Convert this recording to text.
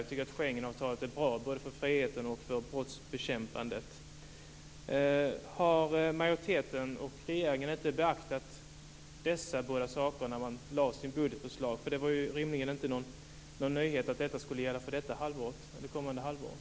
Jag tycker att Schengenavtalet är bra både för friheten och för brottsbekämpandet. Hade majoriteten och regeringen inte beaktat dessa båda saker när budgetförslaget lades fram? Det var rimligen inte någon nyhet vad som skulle gälla för det kommande halvåret.